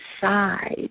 side